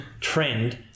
trend